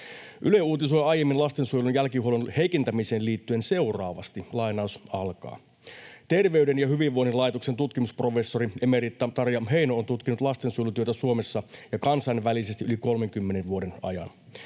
Yle uutisoi aiemmin lastensuojelun jälkihuollon heikentämiseen liittyen seuraavasti: ”Terveyden ja hyvinvoinnin laitoksen tutkimusprofessori emerita Tarja Heino on tutkinut lastensuojelutyötä Suomessa ja kansainvälisesti yli 30 vuoden ajan.